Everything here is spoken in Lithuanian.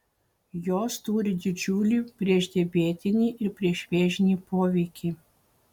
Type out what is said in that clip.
jos turi didžiulį priešdiabetinį ir priešvėžinį poveikį